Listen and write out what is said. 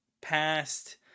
past